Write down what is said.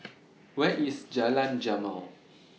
Where IS Jalan Jamal